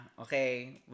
Okay